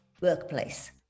workplace